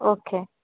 okay